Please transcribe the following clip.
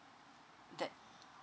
that